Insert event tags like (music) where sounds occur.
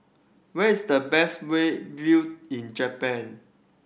where is the best (unintelligible) view in Japan